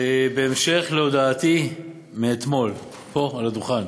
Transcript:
בהמשך להודעתי אתמול פה על הדוכן